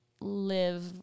live